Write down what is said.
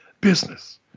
business